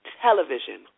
television